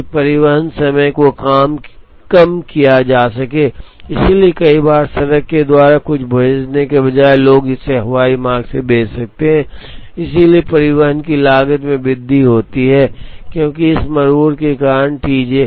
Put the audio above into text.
ताकि परिवहन समय को कम किया जा सके इसलिए कई बार सड़क के द्वारा कुछ भेजने के बजाय लोग इसे हवाई मार्ग से भेज सकते हैं इसलिए परिवहन की लागत में वृद्धि होती है क्योंकि इस मरोड़ के कारण टी